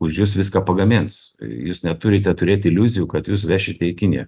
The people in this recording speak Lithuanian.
už jus viską pagamins jūs neturite turėti iliuzijų kad jūs vešite į kiniją